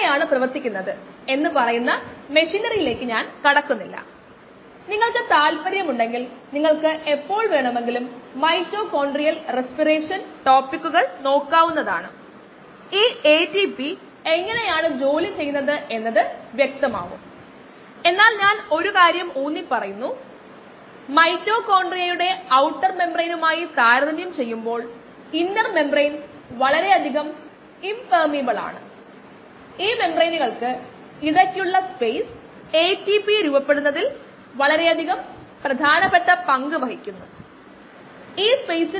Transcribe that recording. നമ്മുടെ നിർദ്ദിഷ്ട വളർച്ചാ നിരക്ക് മണിക്കൂർ ഇൻവെർസാണ്